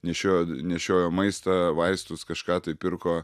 nešiojo nešiojo maistą vaistus kažką tai pirko